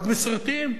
רק בסרטים.